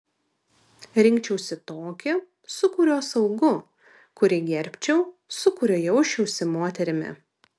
rinkčiausi tokį su kuriuo saugu kurį gerbčiau su kuriuo jausčiausi moterimi